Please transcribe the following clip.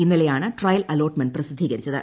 ഇന്നലെയാണ് trial allotment പ്രസിദ്ധീകരിച്ചത്